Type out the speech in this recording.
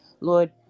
Lord